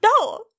No